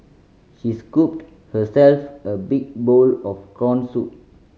she scooped herself a big bowl of corn soup